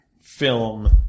film